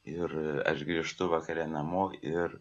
ir aš grįžtu vakare namo ir